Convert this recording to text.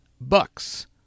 bucks